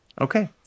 Okay